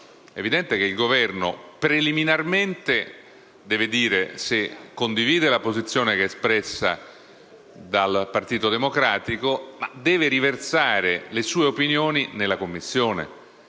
evidente che il Governo preliminarmente deve dire se condivide la posizione espressa dal Gruppo del Partito Democratico, ma deve riversare le sue opinioni nella Commissione